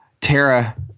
Tara